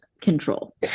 control